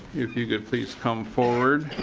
if you could please come forward.